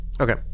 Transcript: Okay